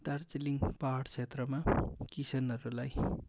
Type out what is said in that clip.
दार्जिलिङको पहाड क्षेत्रमा किसानहरूलाई